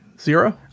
zero